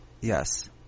Yes